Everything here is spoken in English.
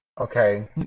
okay